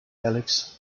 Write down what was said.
alex